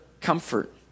comfort